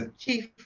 ah chief